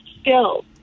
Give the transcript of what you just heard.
skills